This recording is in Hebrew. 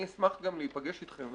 אני אשמח גם להיפגש אתכם,